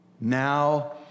Now